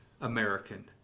American